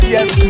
Yes